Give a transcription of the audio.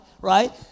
right